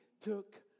took